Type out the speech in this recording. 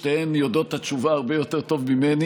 שתיהן יודעות את התשובה הרבה יותר טוב ממני.